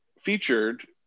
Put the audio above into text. featured